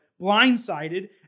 blindsided